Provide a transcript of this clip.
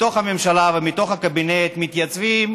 מתוך הממשלה ומתוך הקבינט, מתייצבים